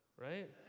right